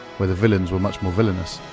where the villains were much more villainous,